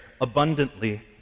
abundantly